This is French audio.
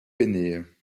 pennées